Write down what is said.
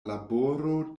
laboro